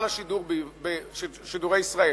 על שידורי ישראל,